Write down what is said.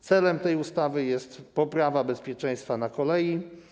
Celem tej ustawy jest poprawa bezpieczeństwa na kolei.